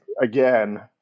Again